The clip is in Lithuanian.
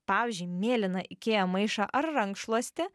pavyzdžiui mėlyną ikea maišą ar rankšluostį